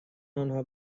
آنها